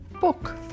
book